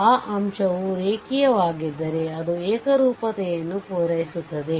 ಆ ಅಂಶವು ರೇಖೀಯವಾಗಿದ್ದರೆ ಅದು ಏಕರೂಪತೆಯನ್ನು ಪೂರೈಸುತ್ತದೆ